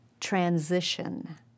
transition